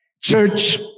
Church